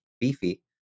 Beefy